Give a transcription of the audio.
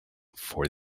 for